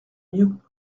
mieux